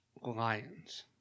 Lions